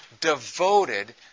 devoted